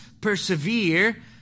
persevere